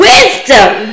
Wisdom